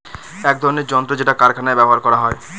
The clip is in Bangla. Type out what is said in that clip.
এক ধরনের যন্ত্র যেটা কারখানায় ব্যবহার করা হয়